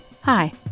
Hi